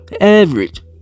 average